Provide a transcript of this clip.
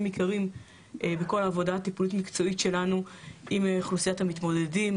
עיקרים בכל העבודה הטיפולית-מקצועית שלנו עם אוכלוסיית המתמודדים,